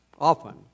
often